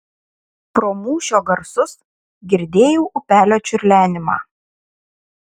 pro mūšio garsus girdėjau upelio čiurlenimą